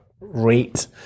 rate